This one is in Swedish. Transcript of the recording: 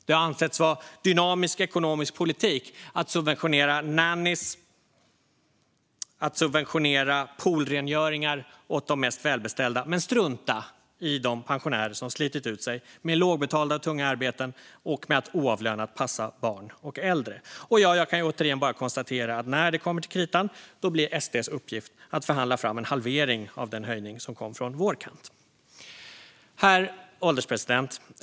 Det har ansetts vara dynamisk ekonomisk politik att subventionera nannies och poolrengöringar åt de mest välbeställda men strunta i de pensionärer som slitit ut sig i lågbetalda och tunga arbeten och med att oavlönat passa barn och äldre. Och ja, jag kan ju återigen bara konstatera att SD:s uppgift när det kommer till kritan blir att förhandla fram en halvering av den höjning som kom från vår kant. Herr ålderspresident!